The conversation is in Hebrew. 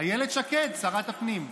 אילת שקד, שרת הפנים.